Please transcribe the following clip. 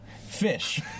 fish